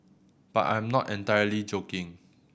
but I'm not entirely joking